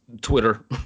Twitter